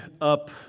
Up